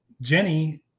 Jenny